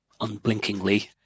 unblinkingly